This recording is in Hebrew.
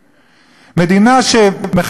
מדינה שמחללת שבת,